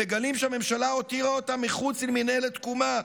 הם מגלים שהממשלה הותירה אותם מחוץ למינהלת תקומה,